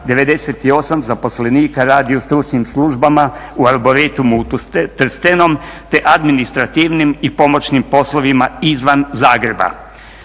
98 zaposlenika radi u stručnim službama u Arboretumu u Trstenom te administrativnim i pomoćnim poslovima izvan Zagreba.